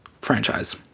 franchise